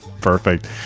Perfect